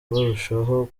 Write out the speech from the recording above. barushaho